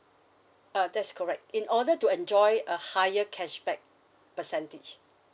uh that's correct in order to enjoy a higher cashback percentage